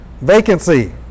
Vacancy